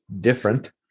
different